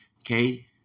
Okay